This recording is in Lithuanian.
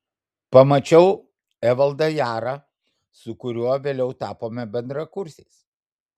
pamačiau evaldą jarą su kuriuo vėliau tapome bendrakursiais